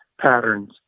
patterns